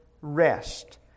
rest